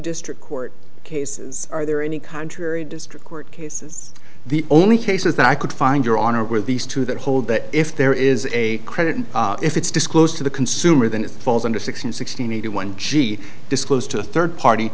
district court cases are there any contrary district court cases the only cases that i could find your honor were these two that hold that if there is a credit and if it's disclosed to the consumer than it falls under sixteen sixteen eighty one g disclosed to third party